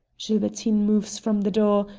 gilbertine moves from the door,